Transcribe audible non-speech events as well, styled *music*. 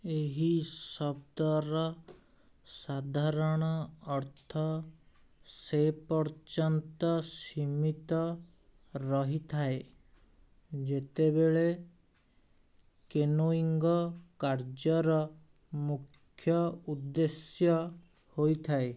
ଏହି ଶବ୍ଦର ସାଧାରଣ ଅର୍ଥ ସେପର୍ଯ୍ୟନ୍ତ ସୀମିତ ରହିଥାଏ ଯେତେବେଳେ *unintelligible* କାର୍ଯ୍ୟର ମୁଖ୍ୟ ଉଦ୍ଦେଶ୍ୟ ହୋଇଥାଏ